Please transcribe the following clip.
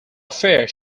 affair